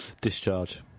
Discharge